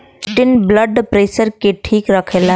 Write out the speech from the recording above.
chitin blood pressure के ठीक रखला